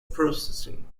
processing